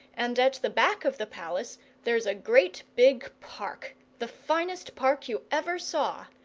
and at the back of the palace there's a great big park the finest park you ever saw.